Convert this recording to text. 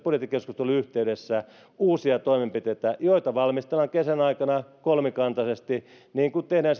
budjettikeskustelujen yhteydessä uusia toimenpiteitä joita valmistellaan kesän aikana kolmikantaisesti niin kuin tehdään